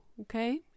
Okay